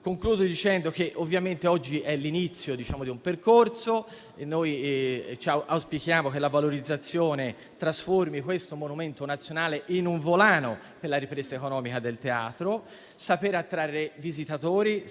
Concludo sottolineando che oggi è l'inizio di un percorso. Auspichiamo che la valorizzazione trasformi questo monumento nazionale in un volano per la ripresa economica del Teatro: mi riferisco al fatto di saper attrarre visitatori